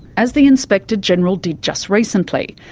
as the inspector-general did just recently,